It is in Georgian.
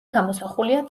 გამოსახულია